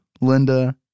Linda